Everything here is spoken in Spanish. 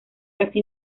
casi